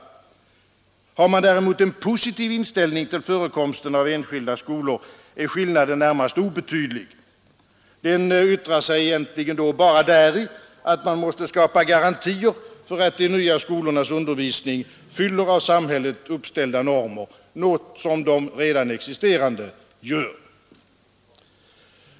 Har man däremot en positiv inställning till förekomsten av enskilda skolor är skillnaden närmast obetydlig. Den yttrar sig egentligen då bara däri att man måste skapa garantier för att de nya skolornas undervisning fyller av samhället uppställda normer, något som de redan existerande gör.